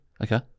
Okay